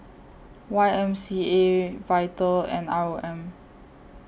Y M C A Vital and R O M